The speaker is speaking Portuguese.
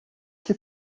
que